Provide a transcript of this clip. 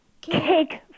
cake